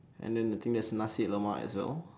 and then I think there's nasi-lemak as well